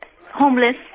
homeless